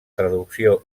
traducció